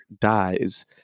dies